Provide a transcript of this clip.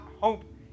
hope